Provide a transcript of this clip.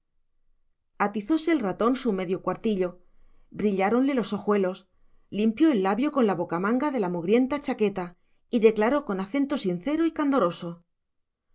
ahí hom atizóse el ratón su medio cuartillo brilláronle los ojuelos limpió el labio con la bocamanga de la mugrienta chaqueta y declaró con acento sincero y candoroso